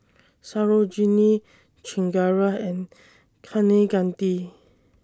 Sarojini Chengara and Kaneganti